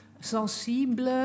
sensible